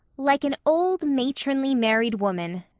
like an old, matronly, married woman,